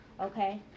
okay